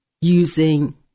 using